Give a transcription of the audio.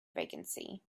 vacancy